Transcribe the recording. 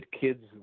kids